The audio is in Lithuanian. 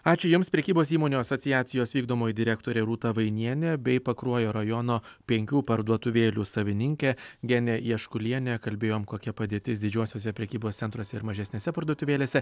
ačiū jums prekybos įmonių asociacijos vykdomoji direktorė rūta vainienė bei pakruojo rajono penkių parduotuvėlių savininkė genė jaškulienė kalbėjom kokia padėtis didžiuosiuose prekybos centruose ir mažesnėse parduotuvėlėse